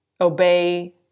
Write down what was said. obey